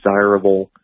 desirable